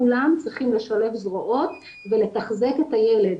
כולם צריכים לשלב זרועות כדי לתחזק את הילד.